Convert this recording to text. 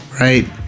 right